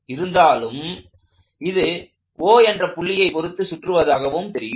இருந்தாலும் இது O என்ற புள்ளியை பொருத்து சுற்றுவதாகவும் தெரியும்